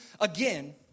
again